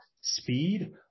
speed